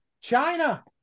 China